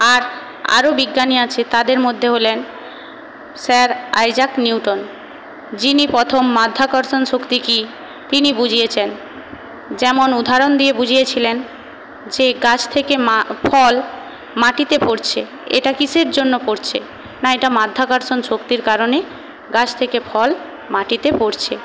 আর আরও বিজ্ঞানী আছে তাঁদের মধ্যে হলেন স্যার আইজ্যাক নিউটন যিনি প্রথম মাধ্যাকর্ষণ শক্তি কী তিনি বুঝিয়েছেন যেমন উদাহরণ দিয়ে বুঝিয়েছিলেন যে গাছ থেকে মা ফল মাটিতে পড়ছে এটা কীসের জন্য পড়ছে না এটা মাধ্যাকর্ষণ শক্তির কারণে গাছ থেকে ফল মাটিতে পড়ছে